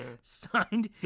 Signed